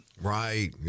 Right